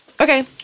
Okay